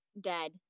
dead